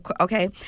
Okay